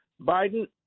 Biden